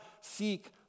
seek